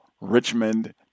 Richmond